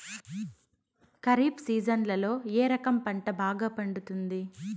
ఖరీఫ్ సీజన్లలో ఏ రకం పంట బాగా పండుతుంది